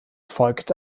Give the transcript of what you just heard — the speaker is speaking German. folgte